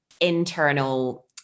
internal